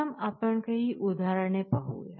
प्रथम आपण काही उदाहरणे पाहू या